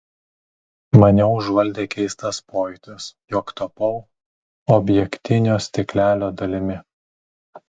mane užvaldė keistas pojūtis jog tapau objektinio stiklelio dalimi